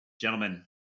Gentlemen